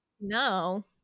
Now